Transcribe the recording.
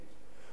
ועוד הוסיף